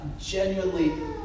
genuinely